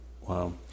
Wow